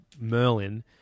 Merlin